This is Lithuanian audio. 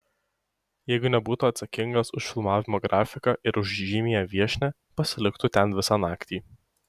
jeigu nebūtų atsakingas už filmavimo grafiką ir už žymiąją viešnią pasiliktų ten visą naktį